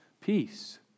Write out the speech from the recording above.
peace